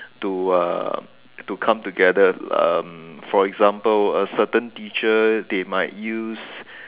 to uh to come together um for example a certain teacher they might use